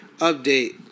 Update